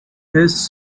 his